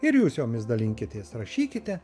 ir jūs jomis dalinkitės rašykite